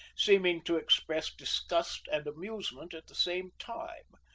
seeming to express disgust and amusement at the same time.